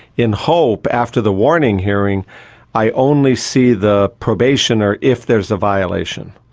in hope, after the warning hearing i only see the probationer if there's a violation.